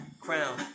crown